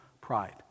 pride